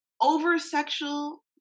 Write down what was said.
over-sexual